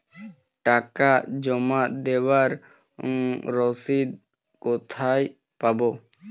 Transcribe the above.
টাকা জমা দেবার রসিদ কোথায় পাব?